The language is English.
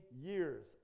years